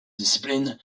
discipline